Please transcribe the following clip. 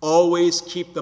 always keep the